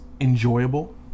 enjoyable